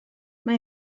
mae